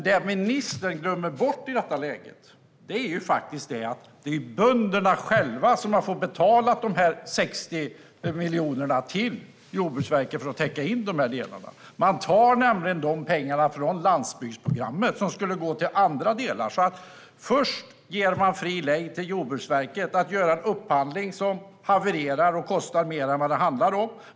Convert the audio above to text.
Det ministern glömmer bort i detta läge är att det är bönderna själva som har fått betala de 60 miljonerna till Jordbruksverket för att täcka de här delarna. Man tar nämligen de pengarna från landsbygdsprogrammet. De skulle gå till andra delar. Man ger alltså fri lejd till Jordbruksverket att göra en upphandling som havererar och kostar mer än det handlar om.